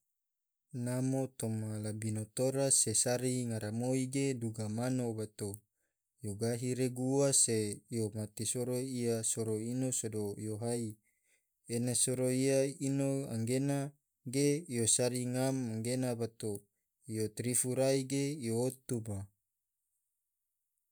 Namo toma labino tora se sari ngaramoi ge duga mano bato yo gahi regu ua se yo gate soro ia soro ino sado yo hai, ena soro ia ino anggena ge yo sari ngam anggena bato, yo trifu rai ge yo otu ma.